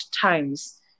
times